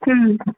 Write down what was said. হুম